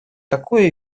такое